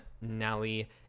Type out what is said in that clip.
Nelly